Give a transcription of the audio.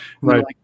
right